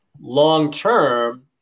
long-term